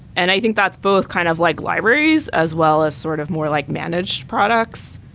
and i think that's both kind of like libraries as well as sort of more like managed products.